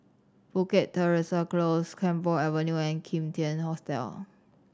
Bukit Teresa Close Camphor Avenue and Kim Tian Hotel